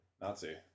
Nazi